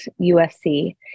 USC